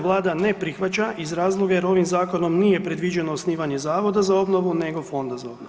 Vlada ne prihvaća iz razloga jer ovim zakonom nije predviđeno osnivanje zavoda za obnovu nego fonda za obnovu.